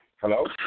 Hello